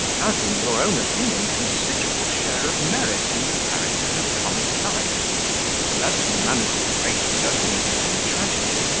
has, in your own opinion, considerable share of merit in the characters of comic life and as to the manners of the great personages in tragedy,